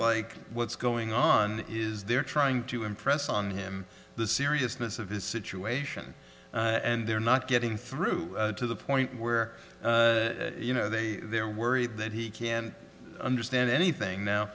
like what's going on is they're trying to impress on him the seriousness of his situation and they're not getting through to the point where you know they're worried that he can't understand anything now